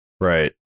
Right